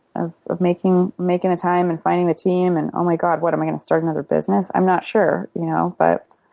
of of making making the time and finding the team. and oh, my god, what am i going to start another business? i'm not sure, you know, but